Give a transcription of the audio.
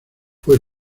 fue